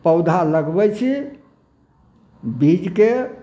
पौधा लगबै छी बीजके